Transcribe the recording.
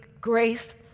grace